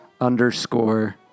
underscore